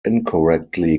incorrectly